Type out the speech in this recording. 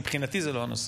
מבחינתי זה לא הנושא.